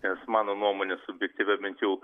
nes mano nuomone subjektyvia bent jau